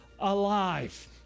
alive